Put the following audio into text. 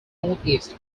northeast